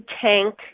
tank